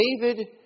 David